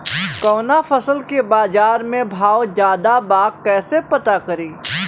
कवना फसल के बाजार में भाव ज्यादा बा कैसे पता करि?